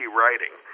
writing